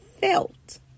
felt